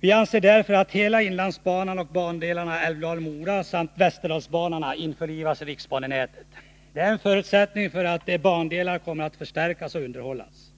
Vi anser därför att hela inlandsbanan och bandelarna Älvdalen-Mora samt västerdalsbanan bör införlivas i riksbanenätet. Det är en förutsättning för att dessa bandelar skall förstärkas och underhållas.